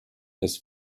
his